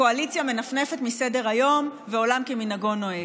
הקואליציה מנפנפת מסדר-היום ועולם כמנהגו נוהג.